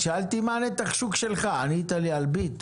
שאלתי מה נתח השוק שלך וענית לי על "ביט"?